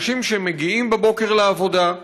אנשים שמגיעים בבוקר לעבודה,